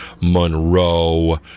Monroe